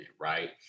right